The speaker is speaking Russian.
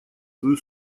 свою